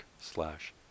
slash